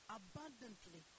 abundantly